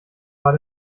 war